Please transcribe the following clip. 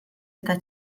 eta